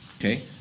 Okay